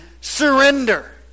surrender